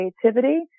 creativity